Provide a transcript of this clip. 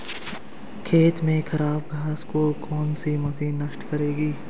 खेत में से खराब घास को कौन सी मशीन नष्ट करेगी?